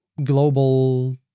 Global